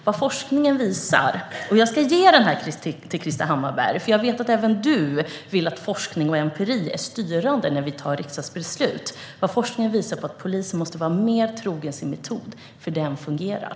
Jag ska ge mitt material till Krister Hammarbergh, för jag vet att även han vill att forskning och empiri ska vara styrande när vi fattar riksdagsbeslut. Forskningen visar att polisen måste vara sin metod mer trogen, för den fungerar.